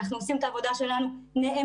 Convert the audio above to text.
אנחנו עושים את העבודה שלנו נאמנה,